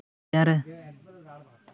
ᱪᱮᱬᱮ